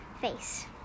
face